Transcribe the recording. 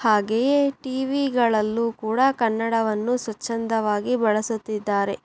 ಹಾಗೆಯೇ ಟಿ ವಿಗಳಲ್ಲೂ ಕೂಡ ಕನ್ನಡವನ್ನು ಸ್ವಚ್ಛಂದವಾಗಿ ಬಳಸುತ್ತಿದ್ದಾರೆ